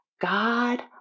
God